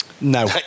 No